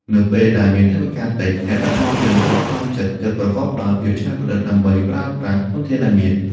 នៅពេលដែលមានថវិកាតិច អ្នកដឹកនាំរឿងត្រូវបង្ខំចិត្តគិតប្រកបដោយភាពច្នៃប្រឌិត ដើម្បីប្រើប្រាស់ធនធានដែលមាន។